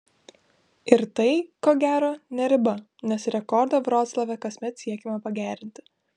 ir tai ko gero ne riba nes rekordą vroclave kasmet siekiama pagerinti